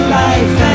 life